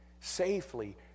safely